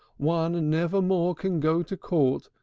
one never more can go to court,